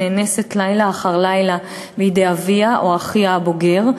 נאנסת לילה אחר לילה בידי אביה או אחיה הבוגר,